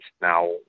Now